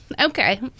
Okay